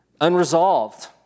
unresolved